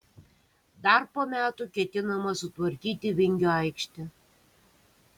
dar po metų ketinama sutvarkyti vingio aikštę